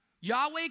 Yahweh